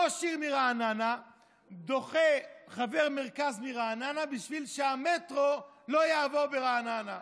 ראש עיר מרעננה דוחה חבר מרכז מרעננה בשביל שהמטרו לא יעבור ברעננה.